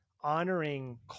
honoring